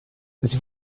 sie